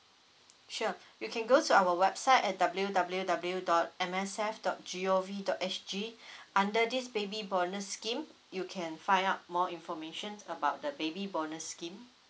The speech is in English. sure you can go to our website at W W W dot M S F dot G O V dot S G under this baby bonus scheme you can find out more information about the baby bonus scheme